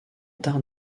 tarn